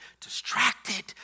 distracted